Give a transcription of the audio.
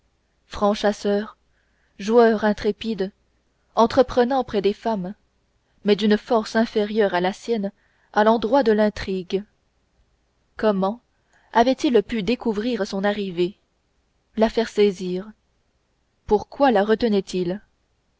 gentilhomme franc chasseur joueur intrépide entreprenant près des femmes mais d'une force inférieure à la sienne à l'endroit de l'intrigue comment avait-il pu découvrir son arrivée la faire saisir pourquoi la retenait il